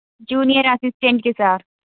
junior అసిస్టెంట్కి sir